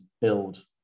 build